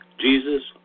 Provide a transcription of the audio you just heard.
Jesus